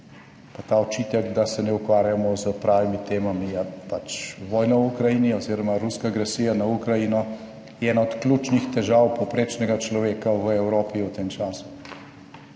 ta očitek, da se ne ukvarjamo s pravimi temami, pač vojna v Ukrajini oziroma ruska agresija na Ukrajino je ena od ključnih težav povprečnega človeka v Evropi v tem času,